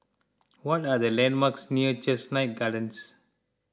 what are the landmarks near Chestnut Gardens